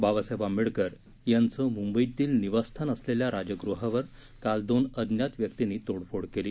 बाबासाहेब आंबेडकर यांचं मुंबईतील निवासस्थान असलेलं राजगृहावर काल दोन अज्ञात व्यक्तींनी तोडफोड केली